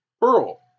Pearl